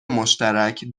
مشترک